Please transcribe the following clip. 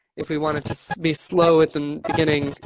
if we wanted to be slow at the beginning,